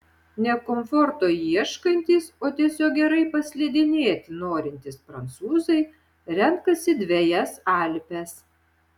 ne komforto ieškantys o tiesiog gerai paslidinėti norintys prancūzai renkasi dvejas alpes